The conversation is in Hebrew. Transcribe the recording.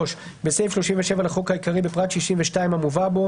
3. בסעיף 37 לחוק העיקרי, בפרט 62 המובא בו